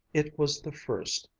it was the first,